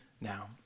now